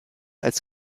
als